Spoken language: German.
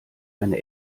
eine